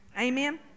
Amen